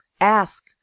Ask